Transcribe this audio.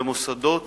במוסדות